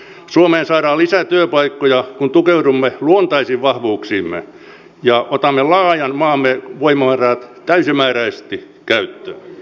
suomeen saadaan lisää työpaikkoja kun tukeudumme luontaisiin vahvuuksiimme ja otamme laajan maamme voimavarat täysimääräisesti käyttöön